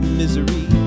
misery